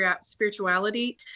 spirituality